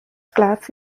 class